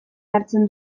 hartzen